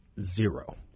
Zero